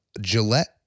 Gillette